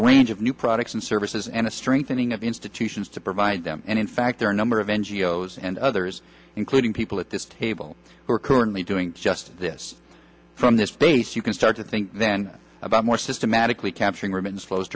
a range of new products and services and a strengthening of institutions to provide them and in fact there are a number of n g o s and others including people at this table who are currently doing just this from this base you can start to think about more systematically capturing r